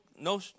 no